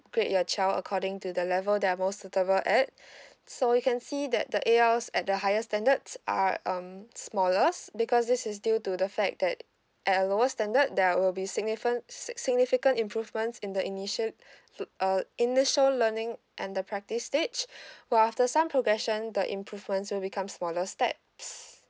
grade your child according to the level they are more suitable at so you can see that the A_Ls at the higher standards are um smallest because this is due to the fact that at a lower standard there will be significant sig~ significant improvements in the initial uh initial learning and the practice stage while after some progression the improvements will become smaller steps